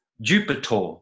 Jupiter